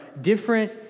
different